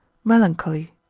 melancholy.